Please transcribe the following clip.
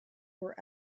were